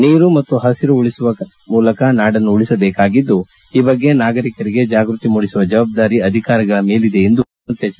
ನೀರು ಮತ್ತು ಹಸಿರು ಉಳಿಸುವ ಮೂಲಕ ನಾಡನ್ನು ಉಳಿಸಬೇಕಾಗಿದ್ದು ಈ ಬಗ್ಗೆ ನಾಗರಿಕರಿಗೆ ಜಾಗೃತಿ ಮೂಡಿಸುವ ಜವಾಬ್ದಾರಿ ಅಧಿಕಾರಿಗಳ ಮೇಲಿದೆ ಎಂದು ಮುಖ್ಯಮಂತ್ರಿ ಎಚ್